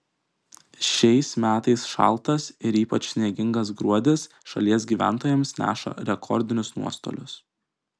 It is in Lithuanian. šiais metais šaltas ir ypač sniegingas gruodis šalies gyventojams neša rekordinius nuostolius